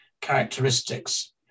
characteristics